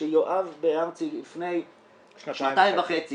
כשיואב בן ארצי לפני שנתיים וחצי קיבל,